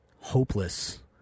hopeless